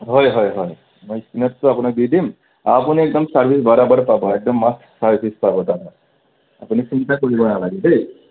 হয় হয় হয় মই স্কেনাৰটো আপোনাক দি দিম আপুনি একদম ছাৰ্ভিচ বৰাবৰ পাব একদম মস্ত ছাৰ্ভিচ পাব দাদা আপুনি চিন্তা কৰিব নালাগে দেই